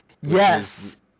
Yes